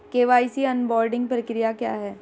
KYC onboarding प्रक्रिया क्या है?